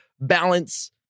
balance